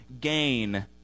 gain